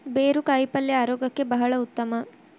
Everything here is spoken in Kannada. ಬೇರು ಕಾಯಿಪಲ್ಯ ಆರೋಗ್ಯಕ್ಕೆ ಬಹಳ ಉತ್ತಮ